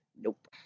Nope